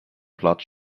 blood